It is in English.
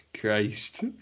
Christ